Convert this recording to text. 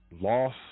loss